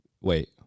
wait